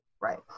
right